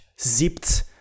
zipped